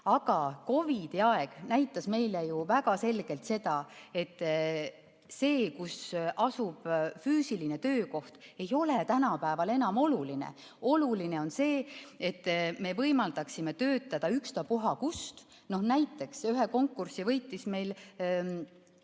Aga COVID-i aeg näitab meile ju väga selgelt, et see, kus asub füüsiline töökoht, ei ole tänapäeval enam oluline. Oluline on see, et me võimaldaksime töötada ükstapuha kus. Näiteks ühe konkursi võitis inimene